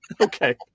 Okay